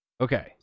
Okay